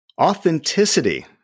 authenticity